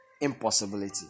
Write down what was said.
Impossibility